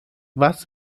was